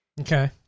Okay